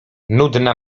nudna